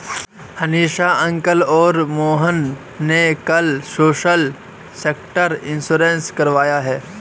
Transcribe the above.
Hanish uncle और मोहन ने कल सोशल सेक्टर इंश्योरेंस करवाया है